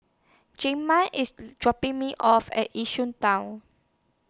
Jamaal IS dropping Me off At Yishun Town